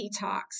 detox